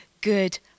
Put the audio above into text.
good